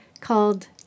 called